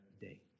day